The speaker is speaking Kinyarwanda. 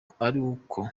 kumwica